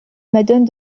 madone